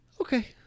Okay